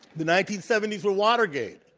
the nineteen seventy s were watergate,